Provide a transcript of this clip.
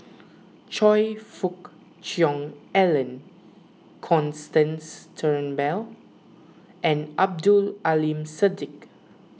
Choe Fook Cheong Alan Constance Turnbull and Abdul Aleem Siddique